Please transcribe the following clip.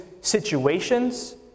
situations